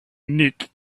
nick